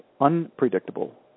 unpredictable